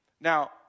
Now